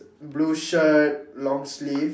blue shirt long sleeve